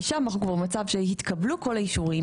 כי שם אנחנו כבר מצב שהתקבלו כל האישורים,